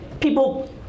people